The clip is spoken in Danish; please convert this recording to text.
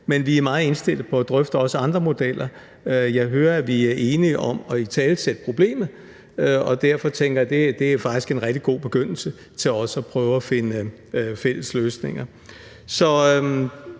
Vi er meget indstillet på at drøfte også andre modeller. Jeg hører, at vi er enige om at italesætte problemet, og det tænker jeg faktisk er en rigtig god begyndelse til også at prøve at finde fælles løsninger. Så